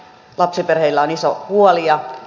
lapsiperheillä on iso huoli